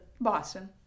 Boston